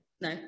No